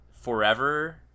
Forever